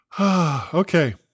Okay